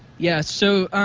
yeah. so